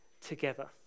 together